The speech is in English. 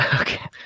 Okay